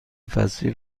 فصلی